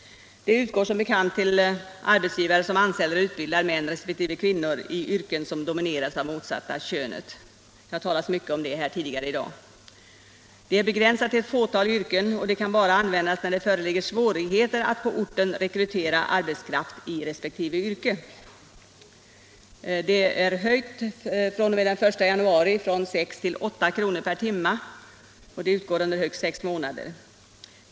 Det utgår som bekant till arbetsgivare som anställer och utbildar män resp. kvinnor i yrken som domineras av det motsatta könet. Det har talats mycket om det tidigare här i dag. Det är begränsat till ett fåtal yrken och kan bara användas när det föreligger svårigheter att på orten rekrytera arbetskraft i resp. yrke. Det är höjt från den 1 februari från 6 till 8 kr. per timme och utgår under högst sex månader.